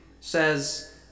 says